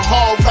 Hall